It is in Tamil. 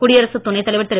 குடியரசுத் துணைத் தலைவர் திரு